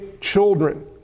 children